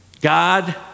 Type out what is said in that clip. God